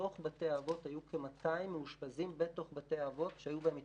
ובתוך בתי האבות היו כ-200 מאושפזים בתוך בתי האבות שהיו בהם התפרצויות.